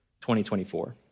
2024